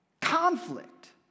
Conflict